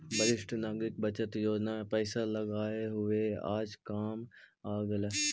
वरिष्ठ नागरिक बचत योजना में पैसे लगाए हुए आज काम आ गेलइ